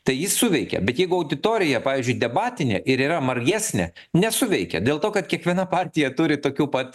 tai jis suveikia bet jeigu auditorija pavyzdžiui debatinė ir yra margesnė nesuveikia dėl to kad kiekviena partija turi tokių pat